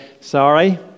sorry